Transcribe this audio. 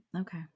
Okay